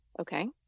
okay